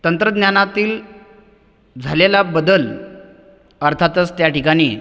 तंत्रज्ञानातील झालेला बदल अर्थातच त्या ठिकाणी